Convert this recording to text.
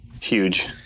huge